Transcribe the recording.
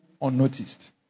unnoticed